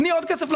תני עוד לרשות,